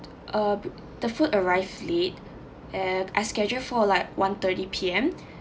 uh the food arrived late and I scheduled for like one_thirty P_M